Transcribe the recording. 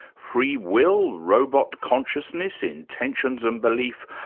free will, robot consciousness, intentions and belief,